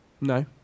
No